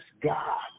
God